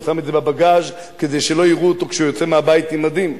הוא שם את זה בבגאז' כדי שלא יראו אותו כשהוא יוצא מהבית עם מדים.